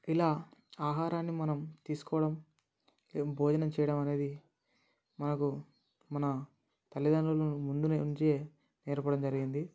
ఇలా ఆహారాన్ని మనం తీసుకోవడం భోజనం చేయడం అనేది మనకు మన తల్లిదండ్రులు ముందు నుంచి నేర్పడం జరిగింది